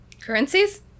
Currencies